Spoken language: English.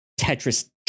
Tetris